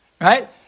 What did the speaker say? Right